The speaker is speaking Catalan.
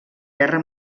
guerra